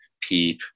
PEEP